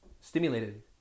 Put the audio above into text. stimulated